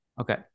Okay